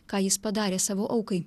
ką jis padarė savo aukai